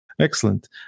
Excellent